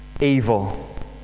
evil